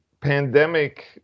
pandemic